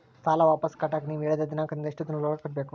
ಸಾಲ ವಾಪಸ್ ಕಟ್ಟಕ ನೇವು ಹೇಳಿದ ದಿನಾಂಕದಿಂದ ಎಷ್ಟು ದಿನದೊಳಗ ಕಟ್ಟಬೇಕು?